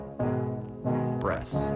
breasts